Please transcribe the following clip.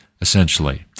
essentially